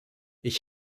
ich